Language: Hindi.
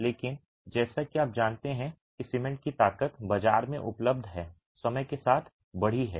लेकिन जैसा कि आप जानते हैं कि सीमेंट की ताकत बाजार में उपलब्ध है समय के साथ बढ़ी है